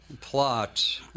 Plot